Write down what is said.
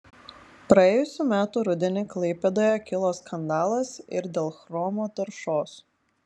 praėjusių metų rudenį klaipėdoje kilo skandalas ir dėl chromo taršos